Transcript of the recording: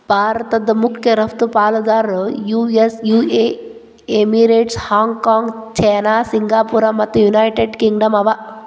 ಭಾರತದ್ ಮಖ್ಯ ರಫ್ತು ಪಾಲುದಾರರು US UA Emirates, Hong Kong China ಸಿಂಗಾಪುರ ಮತ್ತು ಯುನೈಟೆಡ್ ಕಿಂಗ್ಡಮ್ ಅವ